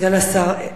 סגן השר,